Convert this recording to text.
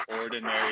ordinary